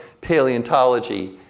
paleontology